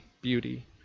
beauty